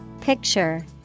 Picture